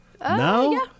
Now